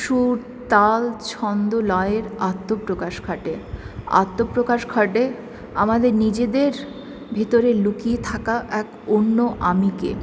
সুর তাল ছন্দ লয়ের আত্মপ্রকাশ ঘটে আত্মপ্রকাশ ঘটে আমাদের নিজেদের ভিতরে লুকিয়ে থাকা এক অন্য আমিকে